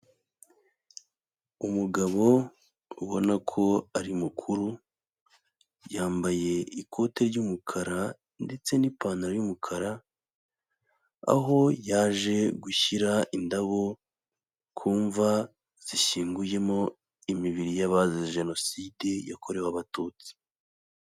Umugabo ubona ko ari mukuru, yambaye ikote ry'umukara ndetse n'ipantaro y'umukara aho yaje gushyira indabo ku mva zishyinguyemo imibiri y'abazize Jenoside yakorewe Abatutsi.